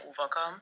overcome